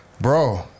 Bro